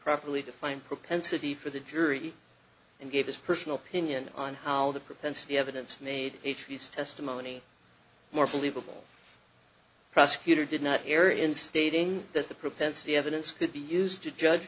properly defined propensity for the jury and gave his personal opinion on how the propensity evidence made his testimony more believable prosecutor did not hear in stating that the propensity evidence could be used to judge